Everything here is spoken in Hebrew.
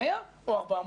100 או 400?